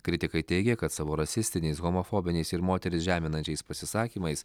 kritikai teigė kad savo rasistiniais homofobiniais ir moteris žeminančiais pasisakymais